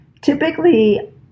Typically